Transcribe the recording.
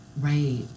Right